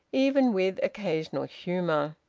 even with occasional humour.